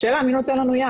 השאלה מי נותן לנו יד?